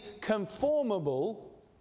conformable